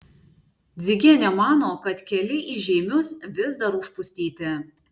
dzigienė mano kad keliai į žeimius vis dar užpustyti